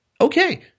okay